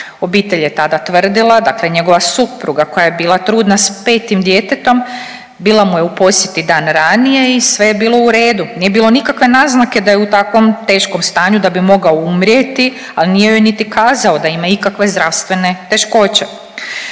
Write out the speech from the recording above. Obitelj je tada tvrdila, dakle njegova supruga koja je bila trudna s 5. djetetom, bila mu je u posjeti dan ranije i sve je bilo u redu, nije bilo nikakve naznake da je u takvom teškom stanju da bi mogao umrijeti, al nije joj niti kazao da ima ikakve zdravstvene teškoće.